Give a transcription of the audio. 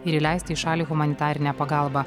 ir įleisti į šalį humanitarinę pagalbą